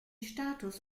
status